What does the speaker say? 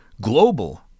global